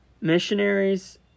missionaries